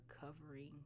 covering